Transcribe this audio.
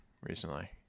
recently